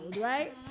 right